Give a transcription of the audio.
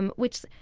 and which,